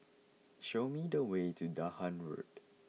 show me the way to Dahan Road